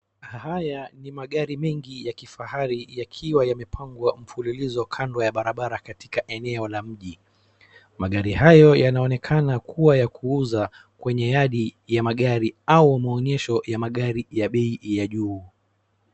Haya ni magari mengi ya kifahari yakiwa yamepangwa mfululizo kando ya barabara katika eneo la mji. Magari hayo yanaonekana kuwa ya kuuza kwenye yadi ya magari au maonyesho ya magari ya bei ya juu.